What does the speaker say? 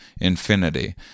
infinity